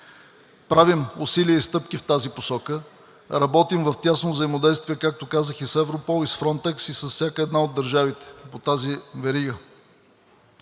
Правим усилия и стъпки в тази посока, работим в тясно взаимодействие, както казах, и с Eвропол и с „Фронтекс“ и с всяка една от държавите по тази верига.